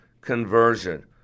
conversion